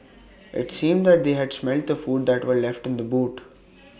IT seemed that they had smelt the food that were left in the boot